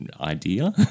idea